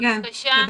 מהנהגת ההורים, בבקשה.